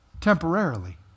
Temporarily